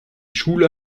schule